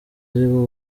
aribo